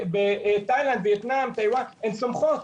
בתאילנד, ווייטנאם, טייוואן, הן צומחות.